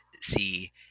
see